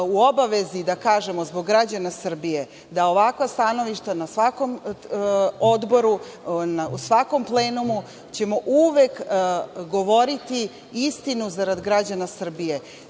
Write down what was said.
u obavezi da kažemo, zbog građana Srbije, da ovakva stanovišta na svakom odboru, u svakom plenumu ćemo uvek govoriti istinu zarad građana Srbije. Šta